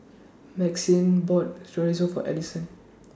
Maxine bought Chorizo For Ellison